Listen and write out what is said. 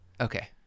Okay